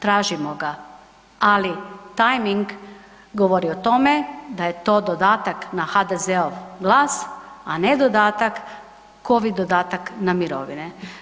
Tražimo ga, ali timeing govori o tome da je to dodatak na HDZ-ov glas, a ne dodatak covid dodatak na mirovine.